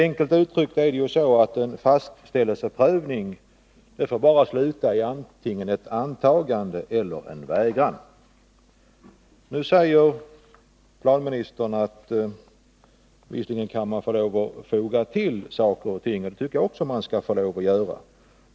Enkelt uttryckt får en fastställelseprövning bara vara ett antagande eller en Nr 113 vägran. Nu säger planministern att man kan få lov att foga till saker och ting. Det tycker jag också att man skall få lov att göra.